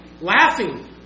laughing